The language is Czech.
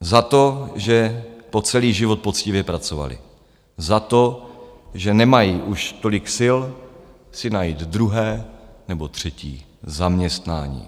Za to, že po celý život poctivě pracovali, za to, že nemají už tolik sil si najít druhé nebo třetí zaměstnání.